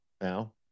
now